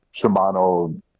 Shimano